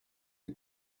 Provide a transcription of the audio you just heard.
les